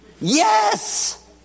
Yes